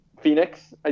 Phoenix